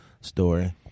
story